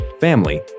family